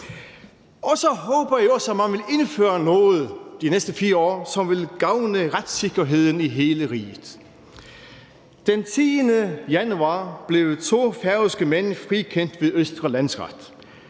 Så håber jeg også, at man de næste 4 år vil indføre noget, som vil gavne retssikkerheden i hele riget. Den 10. januar blev to færøske mænd frikendt ved Østre Landsret.